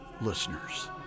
listeners